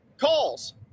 calls